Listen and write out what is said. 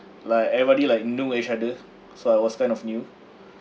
like everybody like knew each other so I was kind of new